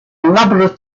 elaborate